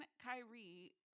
kyrie